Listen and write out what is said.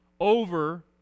over